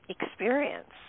experience